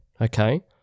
Okay